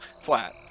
flat